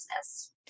business